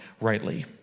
rightly